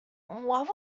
what